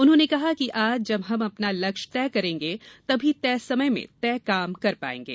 उन्होंने कहा कि आज जब हम अपना लक्ष्य तय करेंगे तभी तय समय में तय काम कर पायेंगे